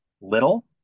little